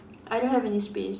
I don't have any space